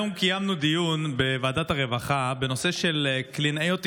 היום קיימנו דיון בוועדת הרווחה בנושא קלינאיות תקשורת.